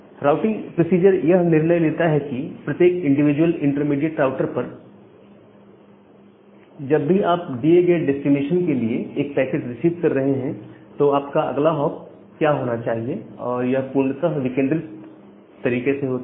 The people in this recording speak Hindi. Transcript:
राउटिंग प्रोसीजर यह निर्णय लेता है कि प्रत्येक इंडिविजुअल इंटरमीडिएट राउटर पर जब भी आप दिए गए डेस्टिनेशन के लिए एक पैकेट रिसीव कर रहे हैं तो आपका अगला ऑफ क्या होना चाहिए और यह पूर्णत विकेंद्रित तरीके से होता है